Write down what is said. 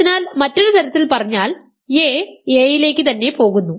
അതിനാൽ മറ്റൊരു തരത്തിൽ പറഞ്ഞാൽ a a യിലേക്ക് തന്നെ പോകുന്നു